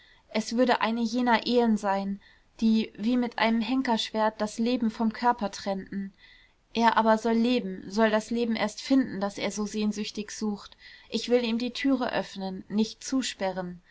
es würde eine jener ehen sein die wie mit einem henkerschwert das leben vom körper trennten er aber soll leben soll das leben erst finden das er so sehnsüchtig sucht ich will ihm die türe öffnen nicht zusperren